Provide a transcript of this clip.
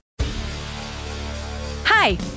Hi